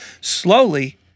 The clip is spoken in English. slowly—